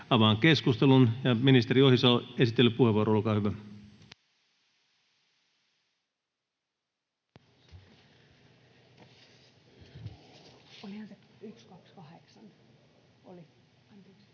Avaan keskustelun. Ministeri Ohisalo, esittelypuheenvuoro, olkaa hyvä.